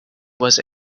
was